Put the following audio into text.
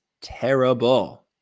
terrible